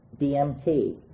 DMT